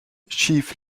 chef